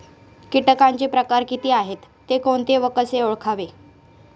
किटकांचे प्रकार किती आहेत, ते कोणते व कसे ओळखावे?